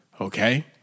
Okay